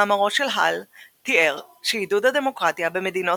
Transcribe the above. מאמרו של האל תיאר שעידוד הדמוקרטיה במדינות